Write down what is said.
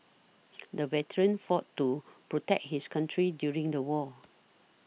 the veteran fought to protect his country during the war